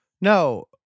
no